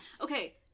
Okay